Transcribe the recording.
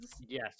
Yes